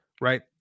right